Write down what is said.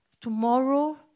tomorrow